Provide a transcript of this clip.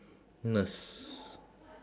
nurse